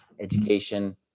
Education